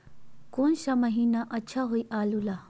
कौन सा महीना अच्छा होइ आलू के ला?